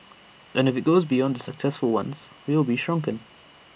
and if IT goes beyond the successful ones we'll be shrunken